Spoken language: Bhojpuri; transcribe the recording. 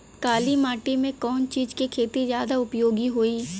काली माटी में कवन चीज़ के खेती ज्यादा उपयोगी होयी?